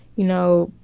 you know,